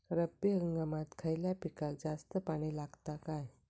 रब्बी हंगामात खयल्या पिकाक जास्त पाणी लागता काय?